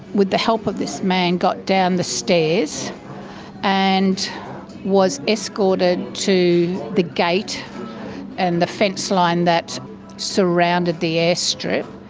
with the help of this man, got down the stairs and was escorted to the gate and the fenceline that surrounded the airstrip,